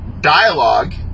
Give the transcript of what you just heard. dialogue